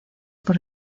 por